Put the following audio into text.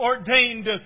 Ordained